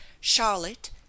Charlotte